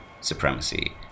supremacy